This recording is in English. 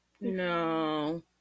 No